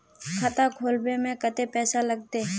खाता खोलबे में कते पैसा लगते?